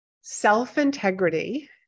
Self-integrity